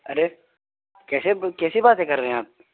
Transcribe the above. ارے کیسے کیسی باتیں کر رہے ہیں آپ